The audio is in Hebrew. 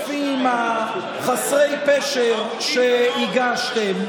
ברצפים חסרי הפשר שהגשתם,